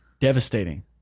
Devastating